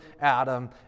Adam